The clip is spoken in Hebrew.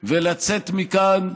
ולצאת מכאן,